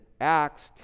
acts